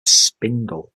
spindle